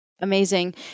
Amazing